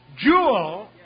jewel